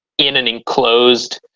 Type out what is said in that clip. in an enclosed.